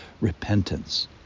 repentance